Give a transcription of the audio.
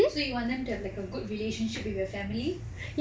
so you want them to have like a good relationship with your family